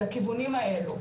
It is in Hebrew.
זה כיוונים האלו.